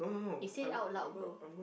eh say it out loud bro